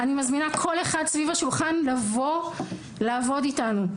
אני מזמינה כל אחד סביב השולחן לבוא לעבוד איתנו,